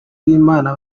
b’imana